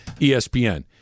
espn